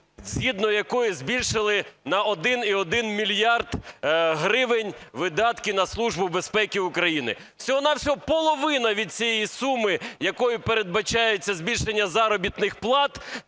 згідно якої збільшили на 1,1 мільярд гривень видатки на Службу безпеки України. Всього-на-всього половина від цієї суми, якою передбачається збільшення заробітних плат